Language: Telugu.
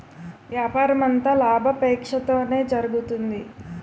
వ్యాపారమంతా లాభాపేక్షతోనే జరుగుతుంది